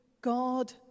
God